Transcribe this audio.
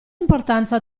importanza